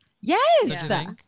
Yes